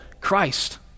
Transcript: Christ